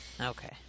Okay